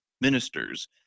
ministers